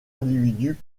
individu